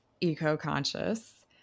eco-conscious